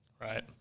Right